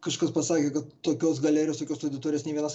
kažkas pasakė kad tokios galerijos tokios auditorijos nė vienas